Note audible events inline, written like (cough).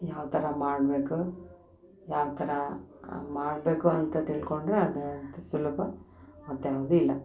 ಯಾವ ಥರ ಮಾಡಬೇಕು ಯಾವ ಥರ ಮಾಡಬೇಕು ಅಂತ ತಿಳ್ಕೊಂಡರೆ ಅದು (unintelligible) ಸುಲಭ ಮತ್ತು ಯಾವುದೂ ಇಲ್ಲ